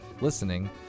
listening